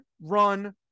run